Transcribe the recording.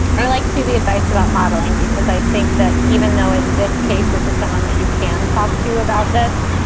i like to the advice about modeling, because i think that even though in this case, this is someone that you can talk to about this,